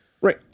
Right